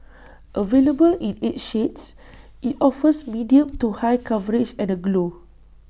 available in eight shades IT offers medium to high coverage and A glow